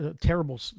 terrible